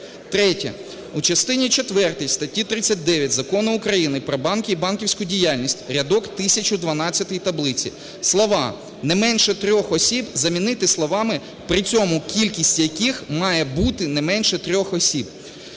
Третє. В частині четвертій статті 39 Закону України "Про банки і банківську діяльність" рядок тисячу 12 таблиці, слова "не менше трьох особі" замінити словами "при цьому кількість яких має бути не менше трьох осіб".